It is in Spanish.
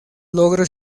logros